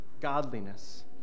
godliness